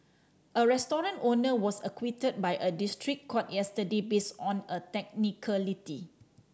a restaurant owner was acquitted by a district court yesterday based on a technicality